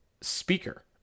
speaker